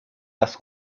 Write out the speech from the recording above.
las